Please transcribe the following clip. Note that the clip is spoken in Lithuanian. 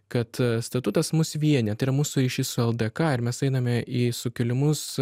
kad statutas mus vienija tai yra mūsų ryšys su ldk ir mes einame į sukilimus